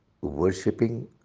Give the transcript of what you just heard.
worshipping